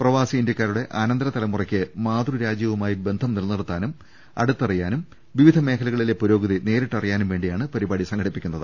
പ്രവാസി ഇന്ത്യ ക്കാരുടെ അനന്തര തലമുറയ്ക്ക് മാതൃ രാജ്യവുമായി ബന്ധം നിലനിർത്താനും അടുത്തറിയാനും വിവിധ മേഖലകളിലെ പുരോഗതി നേരിട്ട് അറിയാനും വേണ്ടിയാണ് പരിപാടി സംഘടിപ്പിക്കുന്നത്